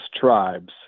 tribes